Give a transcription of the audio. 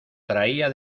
traía